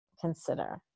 consider